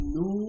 no